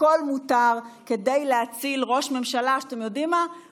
הכול מותר כדי להציל ראש ממשלה,